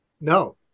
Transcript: No